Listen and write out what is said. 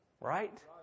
Right